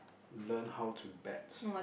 learn how to bat